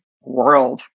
world